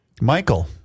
Michael